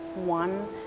One